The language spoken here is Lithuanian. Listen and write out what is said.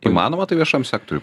įmanoma tai viešam sektoriuj